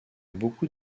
beaucoup